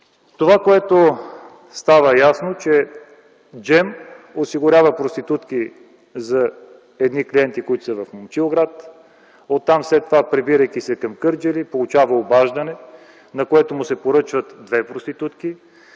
Това, което става ясно, е, че Джем осигурява проститутки за едни клиенти, които са в Момчилград. След това, прибирайки се към Кърджали, получава обаждане, при което му се поръчват две проститутки